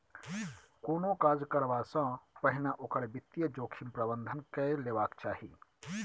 कोनो काज करबासँ पहिने ओकर वित्तीय जोखिम प्रबंधन कए लेबाक चाही